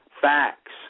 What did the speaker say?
Facts